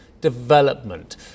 development